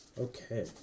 Okay